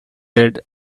red